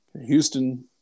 houston